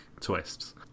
twists